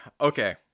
Okay